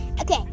Okay